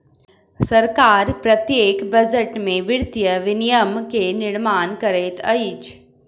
सरकार प्रत्येक बजट में वित्तीय विनियम के निर्माण करैत अछि